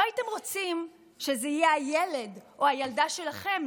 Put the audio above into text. לא הייתם רוצים שזה יהיה הילד או הילדה שלכם,